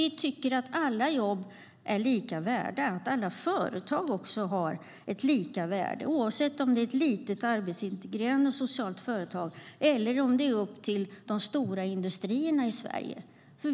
Vi borde tycka att alla jobb är lika värda och att alla företag har lika värde, oavsett om det är ett litet arbetsintegrerande socialt företag eller ett stort industriföretag.